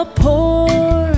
poor